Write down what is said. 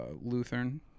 Lutheran